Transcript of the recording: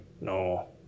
No